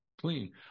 clean